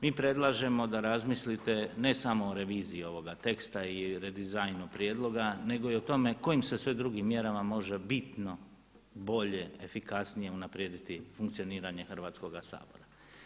Mi predlažemo da razmislite ne samo o reviziji ovoga teksta i redizajnu prijedloga nego i o tome kojim se sve drugim mjerama može bitno bolje, efikasnije unaprijediti funkcioniranje Hrvatskoga sabora.